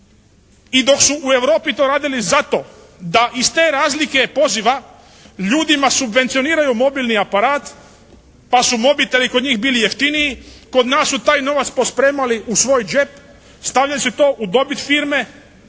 I dok su u Europi to radili zato da iz te razlike poziva ljudima subvencioniraju mobilni aparat, pa su mobiteli kod njih bili jeftiniji, kod nas su taj novac pospremali u svoj džep, stavljajući to u dobit firme,